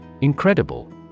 Incredible